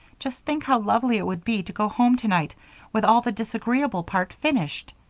just think how lovely it would be to go home tonight with all the disagreeable part finished!